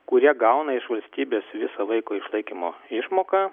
kurie gauna iš valstybės visą vaiko išlaikymo išmoką